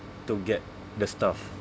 to get the stuff